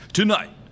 tonight